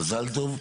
מזל טוב,